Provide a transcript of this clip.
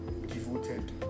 devoted